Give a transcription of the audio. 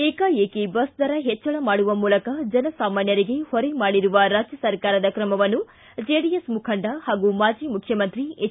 ಏಕಾಏಕಿ ಬಸ್ ದರ ಹೆಚ್ಚಳ ಮಾಡುವ ಮೂಲಕ ಜನಸಾಮಾನ್ಯರಿಗೆ ಹೊರೆ ಮಾಡಿರುವ ರಾಜ್ಯ ಸರ್ಕಾರದ ತ್ರಮವನ್ನು ಜೆಡಿಎಸ್ ಮುಖಂಡ ಹಾಗೂ ಮಾಜಿ ಮುಖ್ಯಮಂತ್ರಿ ಹೆಚ್